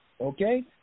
Okay